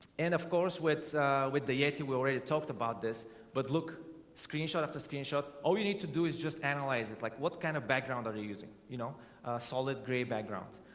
and of course with with the yeti, we already talked about this but look screenshot after screenshot all you need to do is just analyze it like what kind of background are you using, you know solid gray background?